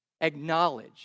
acknowledge